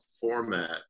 format